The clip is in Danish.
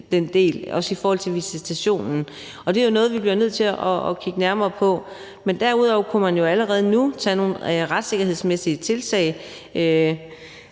den del, også i forhold til visitationen, og det er jo noget, vi bliver nødt til at kigge nærmere på. Men derudover kunne man jo allerede nu tage nogle retssikkerhedsmæssige tiltag.